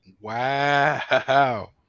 Wow